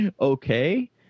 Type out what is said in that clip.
Okay